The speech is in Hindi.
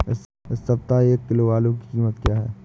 इस सप्ताह एक किलो आलू की कीमत क्या है?